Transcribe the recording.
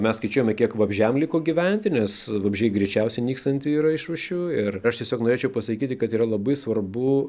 mes skaičiuojame kiek vabzdžiam liko gyventi nes vabzdžiai greičiausiai nykstanti yra iš rūšių ir aš tiesiog norėčiau pasakyti kad yra labai svarbu